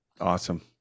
Awesome